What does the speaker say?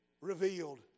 revealed